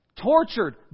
tortured